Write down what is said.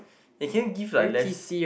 they can give like less